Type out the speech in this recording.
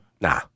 Nah